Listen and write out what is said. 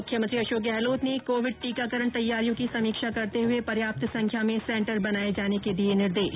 मुख्यमंत्री अशोक गहलोत ने कोविड टीकाकरण तैयारियों की समीक्षा करते हुए पर्याप्त संख्या में सेंटर बनाए जाने के दिए निर्देश